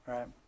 Right